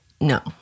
No